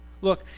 Look